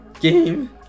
Game